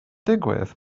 digwydd